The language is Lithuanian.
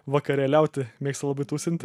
vakarėliauti mėgsta labai tūsinti